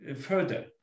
further